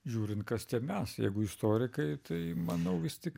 žiūrint kas tie mes jeigu istorikai tai manau vis tik